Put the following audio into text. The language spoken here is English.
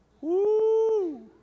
Woo